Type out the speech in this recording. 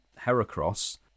Heracross